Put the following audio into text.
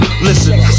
Listen